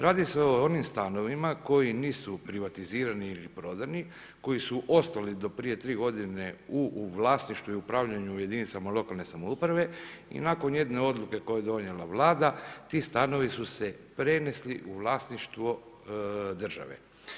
Radi se o onim stanovima koji nisu privatizirani ili prodani, koji su ostali do prije 3 godine u vlasništvu i upravljaju jedinicama lokalne samouprave i nakon jedne odluke koja je donijela Vlada ti stanovi su se prenesli u vlasništvo države.